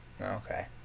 Okay